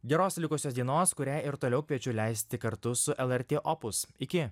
geros likusios dienos kurią ir toliau kviečiu leisti kartu su lrt opus iki